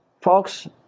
Folks